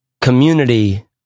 community